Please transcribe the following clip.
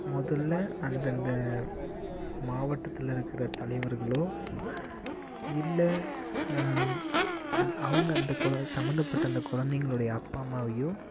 முதல்ல அந்தந்த மாவட்டத்தில் இருக்கிற தலைவர்களோ இல்லை அந் அவங்க அந்த கொழ சம்மந்தப்பட்ட அந்த குழந்தைங்களுடைய அப்பா அம்மாவையோ